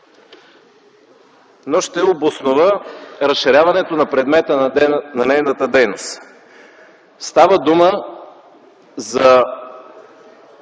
но ще обоснова разширяването на предмета на нейната дейност. Става дума за